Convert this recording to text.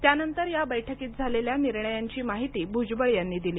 त्यानंतर या बैठकीत झालेल्या निर्णयांची माहिती भुजबळ यांनी दिली